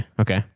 okay